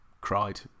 cried